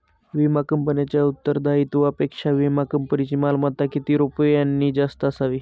विमा कंपनीच्या उत्तरदायित्वापेक्षा विमा कंपनीची मालमत्ता किती रुपयांनी जास्त असावी?